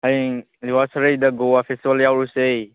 ꯍꯌꯦꯡ ꯅꯨꯋꯥꯛꯁꯔꯩꯗ ꯒꯣꯚꯥ ꯐꯦꯁꯇꯤꯚꯦꯜ ꯌꯥꯎꯔꯨꯁꯦ